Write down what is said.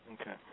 Okay